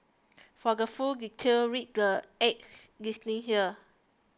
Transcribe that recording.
for the full details read the ad's listing here